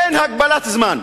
אין הגבלת זמן.